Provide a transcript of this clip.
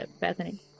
Bethany